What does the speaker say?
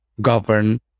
govern